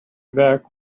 back